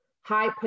high